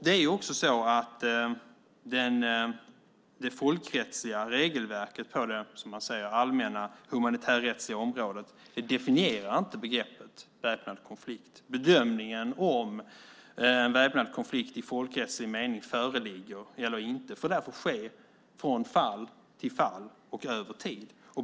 Det folkrättsliga regelverket på det allmänna humanitärrättsliga området definierar inte begreppet "väpnad konflikt". Bedömningen om väpnad konflikt i folkrättslig mening föreligger eller inte får därför ske från fall till fall över tid.